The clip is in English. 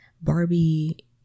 Barbie